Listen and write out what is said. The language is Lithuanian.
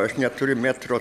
aš neturiu metro